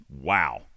wow